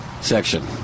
section